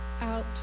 out